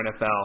NFL